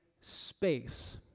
space